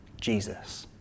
Jesus